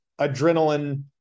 adrenaline